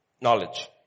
Knowledge